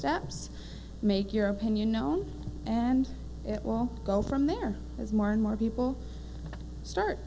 steps make your opinion known and it will go from there as more and more people start